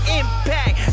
impact